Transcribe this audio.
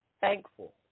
thankful